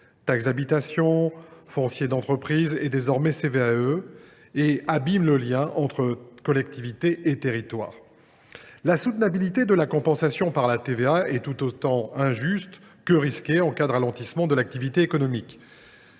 taxe d’habitation, foncier d’entreprise et désormais CVAE –, laquelle abîme le lien entre les collectivités et leurs territoires. La soutenabilité de la compensation par la TVA est tout aussi injuste que risquée en cas de ralentissement de l’activité économique.